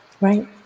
right